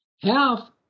Half